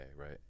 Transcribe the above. right